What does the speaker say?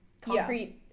concrete